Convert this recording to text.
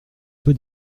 peu